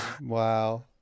wow